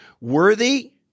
worthy